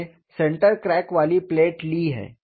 हमने centre crack वाली plate ली है